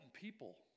people